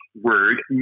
word